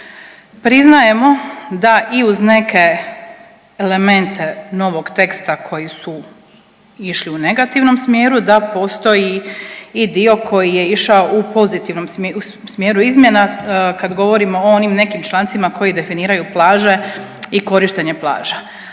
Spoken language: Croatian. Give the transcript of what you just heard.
Priznajemo da i uz neke elemente novog teksta koji su išli u negativnom smjeru da postoji i dio koji je išao u pozitivnom smjeru izmjena kad govorimo o onim nekim člancima koji definiraju plažu i korištenje plaža,